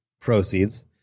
proceeds